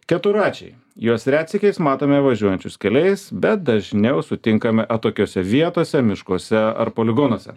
keturračiai juos retsykiais matome važiuojančius keliais bet dažniau sutinkame atokiose vietose miškuose ar poligonuose